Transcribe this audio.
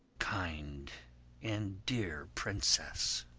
kind and dear princess!